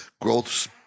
growth